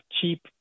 cheap